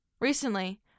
Recently